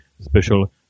special